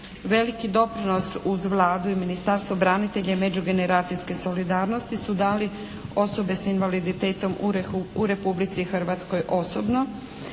Veliki doprinos uz Vladu i Ministarstvo branitelja i međugeneracijske solidarnosti su dali osobe s invaliditetom u Republici Hrvatskoj osobno